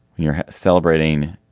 you're celebrating.